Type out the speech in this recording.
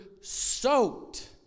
soaked